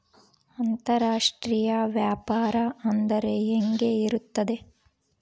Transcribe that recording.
ಅಂತರಾಷ್ಟ್ರೇಯ ವ್ಯಾಪಾರ ಅಂದರೆ ಹೆಂಗೆ ಇರುತ್ತದೆ?